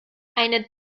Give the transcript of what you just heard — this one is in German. eine